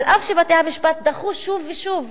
אף שבתי-המשפט דחו שוב ושוב,